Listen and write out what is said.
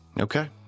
Okay